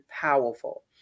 powerful